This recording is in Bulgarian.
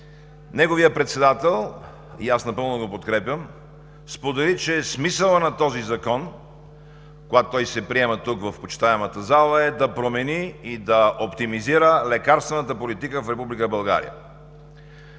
Неговият председател – аз напълно го подкрепям, сподели, че смисълът на този закон, когато се приема в почитаемата зала, е да промени и да оптимизира лекарствената политика в